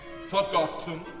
forgotten